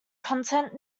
content